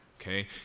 Okay